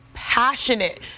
Passionate